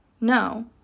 no